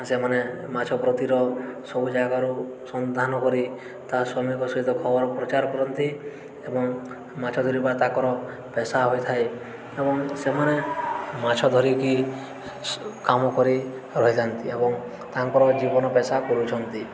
ସେମାନେ ମାଛ ପ୍ରତିର ସବୁ ଜାଗାରୁ ସନ୍ଧାନ କରି ତା ଶ୍ରମିକ ସହିତ ଖବର ପ୍ରଚାର କରନ୍ତି ଏବଂ ମାଛ ଧରିବା ତାଙ୍କର ପେଶା ହୋଇଥାଏ ଏବଂ ସେମାନେ ମାଛ ଧରିକି କାମ କରି ରହିଥାନ୍ତି ଏବଂ ତାଙ୍କର ଜୀବନ ପେଶା କରୁଛନ୍ତି